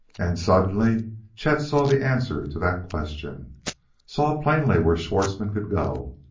and suddenly chet saw the answer to that question saw plainly where schwartzmann could go.